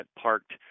parked